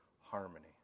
harmony